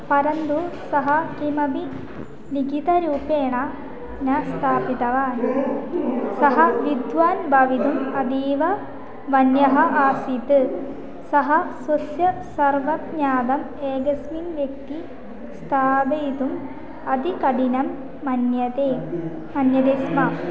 परन्तु सः किमपि लिखितरूपेण न स्थापितवान् सः विद्वान् भवितुम् अतीव मन्यः आसीत् सः स्वस्य सर्वज्ञातम् एकस्मिन् व्यक्तौ स्थापयितुम् अतिकठिनं मन्यते मन्यते स्म